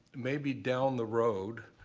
maybe down the road,